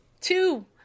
Two